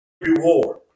reward